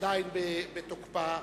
עדיין בתוקפה,